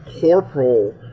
corporal